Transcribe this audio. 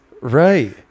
Right